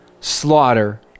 slaughter